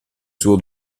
suo